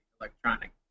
electronic